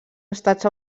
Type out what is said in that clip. estats